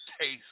taste